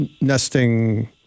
nesting